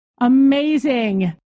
Amazing